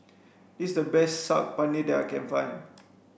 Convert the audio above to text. this is the best Saag Paneer that I can find